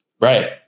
Right